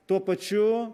tuo pačiu